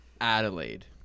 Adelaide